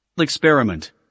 experiment